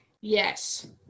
Yes